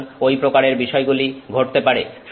সুতরাং ঐ প্রকারের বিষয়গুলি ঘটতে পারে